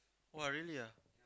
!wah! really ah